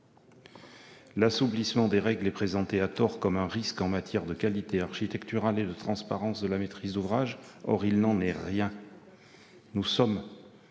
L'assouplissement des règles est présenté à tort comme un risque en matière de qualité architecturale et de transparence de la maîtrise d'ouvrage. Or il n'en est rien. Nous sommes